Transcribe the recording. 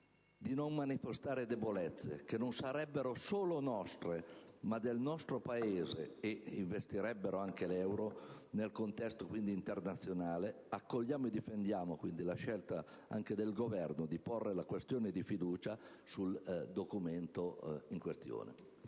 di non manifestare debolezze, che non sarebbero solo nostre, ma del nostro Paese e investirebbero anche l'euro nel contesto internazionale, accogliamo e difendiamo la scelta del Governo di porre la questione di fiducia sul documento in questione.